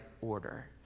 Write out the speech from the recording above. order